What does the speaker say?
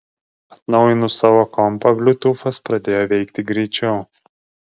atnaujinus savo kompą bliutūfas pradėjo veikti greičiau